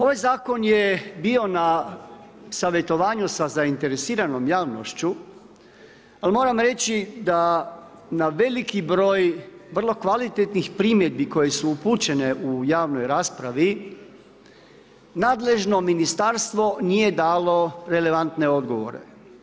Ovaj zakon je bio na savjetovanju sa zainteresiranom javnošću, ali moram reći da na veliki broj vrlo kvalitetnih primjedbi koje su upućene u javnoj raspravi nadležno ministarstvo nije dalo relevantne odgovore.